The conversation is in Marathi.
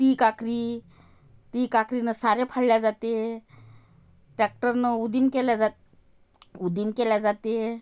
ती काखरी ती काखरीनं सारे फळल्या जाते टॅक्टरनं उदीन केल्या जातं उदीन केले जाते